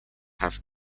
have